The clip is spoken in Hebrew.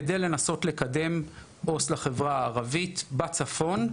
כדי לנסות לקדם עו״ס לחברה הערבית בצפון,